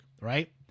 right